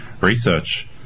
research